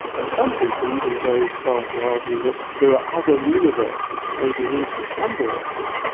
and some people even go as far to argue that there are other universes, maybe an infinite number of them,